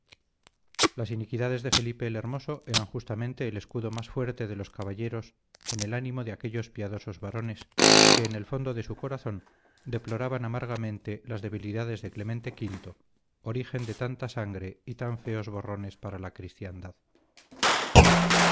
las iniquidades de felipe el hermoso eran justamente el escudo más fuerte de los caballeros en el ánimo de aquellos piadosos varones que en el fondo de su corazón deploraban amargamente las debilidades de clemente v origen de tanta sangre y tan feos borrones para la cristiandad